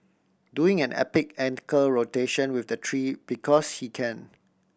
doing an epic ankle rotation with the tree because he can